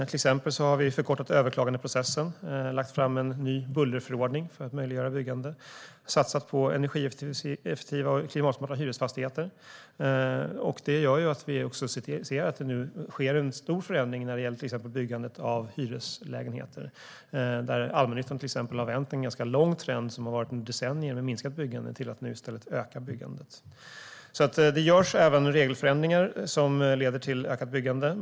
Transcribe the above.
Till exempel har vi förkortat överklagandeprocessen, lagt fram en ny bullerförordning för att möjliggöra byggande och satsat på energieffektiva och klimatsmarta hyresfastigheter. Det gör att vi nu ser att det sker en stor förändring när det gäller till exempel byggandet av hyreslägenheter, där allmännyttan har vänt en ganska lång trend av decennier med minskat byggande till att nu i stället öka byggandet. Det görs alltså regelförändringar som leder till ökat byggande.